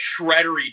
shreddery